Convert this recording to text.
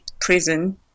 prison